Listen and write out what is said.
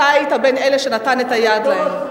תומס פרידמן, אל תפריע לי.